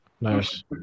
Nice